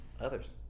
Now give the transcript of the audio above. others